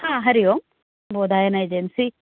हा हरि ओम् बोधायन एजेन्सी